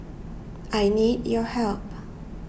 I need your help